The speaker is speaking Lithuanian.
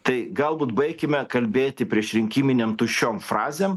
tai galbūt baikime kalbėti priešrinkiminėm tuščiom frazėm